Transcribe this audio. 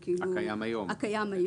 הקיים היום.